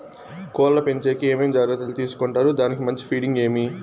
కోళ్ల పెంచేకి ఏమేమి జాగ్రత్తలు తీసుకొంటారు? దానికి మంచి ఫీడింగ్ ఏమి?